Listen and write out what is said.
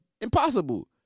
impossible